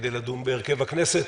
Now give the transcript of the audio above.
כדי לדון בהרכב הכנסת.